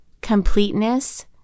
completeness